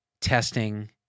testing